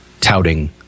touting